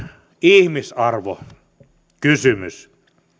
ihmisarvokysymys